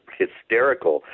hysterical